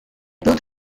built